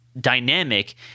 dynamic